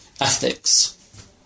ethics